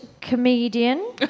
comedian